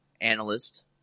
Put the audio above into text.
analyst